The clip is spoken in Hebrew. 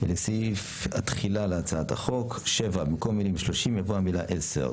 במקומם יבוא בסוף הסעיף "היושב-ראש יהיה מי שגילו המבוגר ביותר".